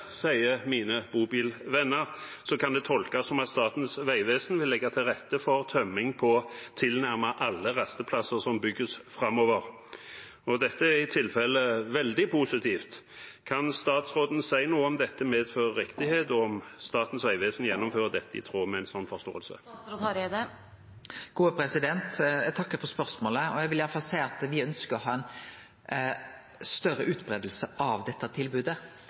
sier mine bobilvenner, kan det tolkes som at Statens vegvesen vil legge til rette for tømming på tilnærmet alle rasteplasser som bygges framover. Dette er i tilfelle veldig positivt. Kan statsråden si noe om dette medfører riktighet, og om Statens vegvesen gjennomfører dette i tråd med en sånn forståelse? Eg takkar for spørsmålet. Eg vil iallfall seie at me ønskjer å ha større utbreiing av dette